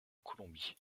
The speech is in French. colombie